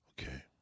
Okay